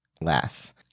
less